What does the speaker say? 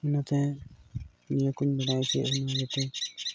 ᱤᱱᱟᱹᱛᱮ ᱱᱤᱭᱟᱹ ᱠᱚᱧ ᱵᱟᱰᱟᱭ ᱦᱚᱪᱚᱭᱮᱫᱟ ᱵᱚᱱᱟ ᱡᱟᱛᱮ